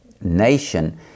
nation